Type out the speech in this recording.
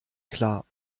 klar